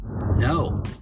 No